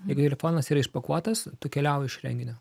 jeigu telefonas yra išpakuotas tu keliauji iš renginio